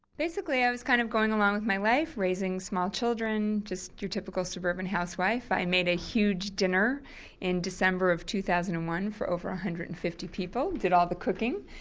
basically i was kind of going around with my life raising small children, just you typical suburban housewife, i made a huge dinner in december of two thousand and one for over one ah hundred and fifty people, did all the cooking.